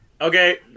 okay